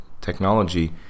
technology